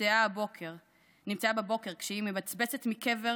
נמצאה בבוקר כשהיא מבצבצת מקבר